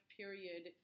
period